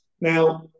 Now